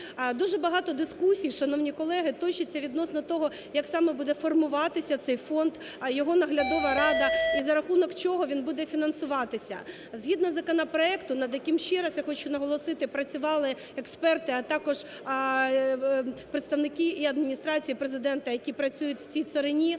Дуже багато дискусій, шановні колеги, точиться відносно того, як саме буде формуватися цей фонд, його наглядова рада і за рахунок чого він буде фінансуватися. Згідно законопроекту, над яким, ще раз я хочу наголосити, працювали експерти, а також представники і Адміністрації Президента, які працюють в цій царині,